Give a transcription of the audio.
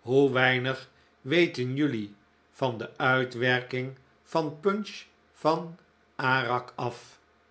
hoe weinig weten jelui van de uitwerking van punch van arak af